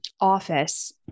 office